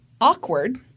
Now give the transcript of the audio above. Awkward